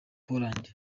poland